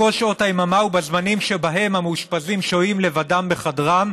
כל שעות היממה ובזמנים שבהם המאושפזים שוהים לבדם בחדרם,